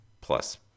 plus